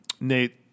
Nate